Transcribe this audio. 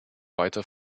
weiter